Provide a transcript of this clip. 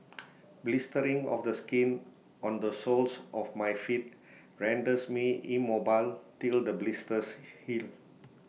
blistering of the skin on the soles of my feet renders me immobile till the blisters heal